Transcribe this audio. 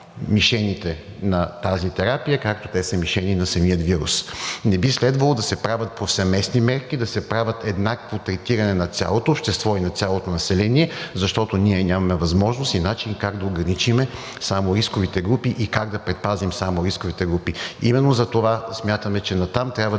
на тази терапия, както те са мишени на самия вирус. Не би следвало да се правят повсеместни мерки, да се прави еднакво третиране на цялото общество и на цялото население, защото ние нямаме възможност и начин как да ограничим само рисковите групи и как да предпазим само рисковите групи. Именно затова смятаме, че натам трябва